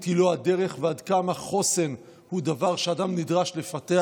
היא לא הדרך ועד כמה החוסן הוא דבר שאדם נדרש לפתח.